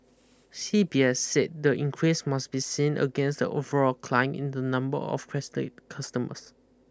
C B S said the increase must be seen against the overall climb in the number of customers